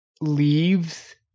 leaves